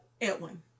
Edwin